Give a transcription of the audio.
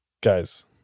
guys